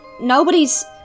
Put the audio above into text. nobody's